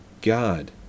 God